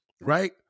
Right